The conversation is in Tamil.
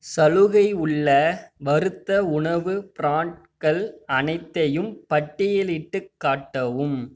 சலுகை உள்ள வறுத்த உணவு பிராண்டுகள் அனைத்தையும் பட்டியலிட்டுக் காட்டவும்